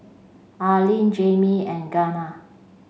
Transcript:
Arline Jayme and Gianna